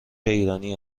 ایرانی